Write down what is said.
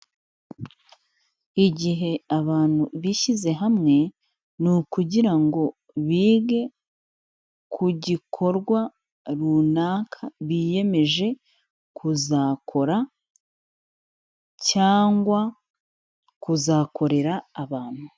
Igihe abantu bishyize hamwe ni ukugira ngo bige ku gikorwa runaka biyemeje kuzakora cyangwa kuzakorera abantu.